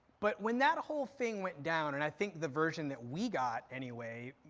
but when that whole thing went down, and i think the version that we got anyway,